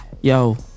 Yo